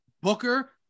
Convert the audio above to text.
Booker